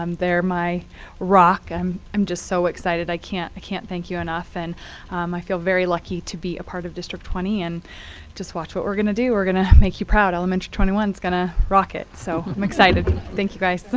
um they're my rock. i'm i'm just so excited, i can't can't thank you enough. and um i feel very lucky to be a part of district twenty. and just watch what we're going to do. we're going to make you proud. elementary twenty one is going to rock it. so i'm excited. thank you, guys.